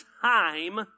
time